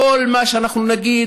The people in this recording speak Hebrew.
כל מה שנגיד,